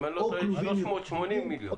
אם אני לא טועה, 380 מיליון שקלים.